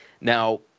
now